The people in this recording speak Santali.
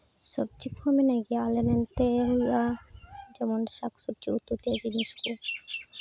ᱥᱚᱵᱽᱡᱤ ᱠᱚᱦᱚᱸ ᱢᱮᱱᱟᱜ ᱜᱮᱭᱟ ᱟᱞᱮ ᱨᱮᱱ ᱛᱮ ᱦᱩᱭᱩᱜᱼᱟ ᱡᱮᱢᱚᱱ ᱥᱟᱠ ᱥᱚᱵᱽᱡᱤ ᱩᱛᱩ ᱛᱮᱭᱟᱜ ᱡᱤᱱᱤᱥ ᱠᱚ